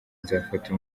nzafata